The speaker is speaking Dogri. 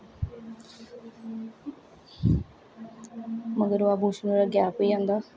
मगर ओह् आभूषण गैप होई जंदा